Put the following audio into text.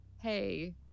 Hey